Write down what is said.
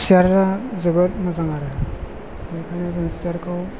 सियारा जोबोर मोजां आरो बेखायनो सियारखौ